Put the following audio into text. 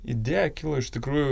idėja kilo iš tikrųjų